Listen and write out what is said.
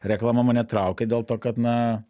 reklama mane traukia dėl to kad na